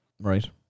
Right